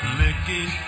licking